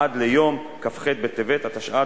עד ליום כ"ח בטבת התשע"ד,